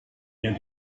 ihr